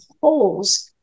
holes